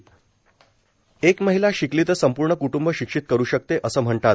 intro एक महिला शिकली तर संपर्ण क्ट्रंब शिक्षित करू षकते असं म्हणतात